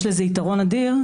יש לזה יתרון אדיר,